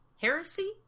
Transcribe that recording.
Heresy